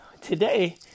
today